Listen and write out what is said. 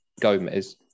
Gomez